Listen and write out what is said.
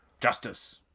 Justice